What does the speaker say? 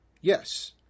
Yes